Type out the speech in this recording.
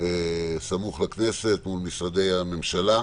סמוך לכנסת ולמשרדי הממשלה,